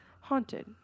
haunted